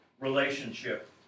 relationship